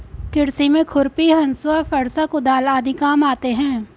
कृषि में खुरपी, हँसुआ, फरसा, कुदाल आदि काम आते है